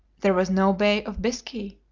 there was no bay of biscay,